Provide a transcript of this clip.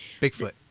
Bigfoot